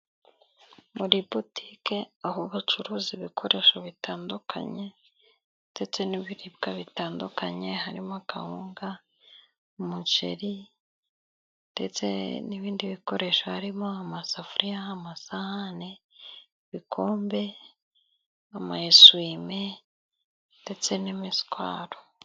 Muri butike aho bacuruza ibikoresho bitandukanye ndetse n'ibiribwa bitandukanye harimo akawunga, umuceri ndetse n'ibindi bikoresho harimo amasafuriya, amasahane, ibikombe, amayeswime ndetse n'imishwari.